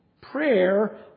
Prayer